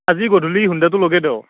আজি গধূলি হুন্দাটো লগে দেওঁ